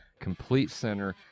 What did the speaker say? CompleteCenter